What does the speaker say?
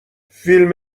فیلم